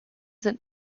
sind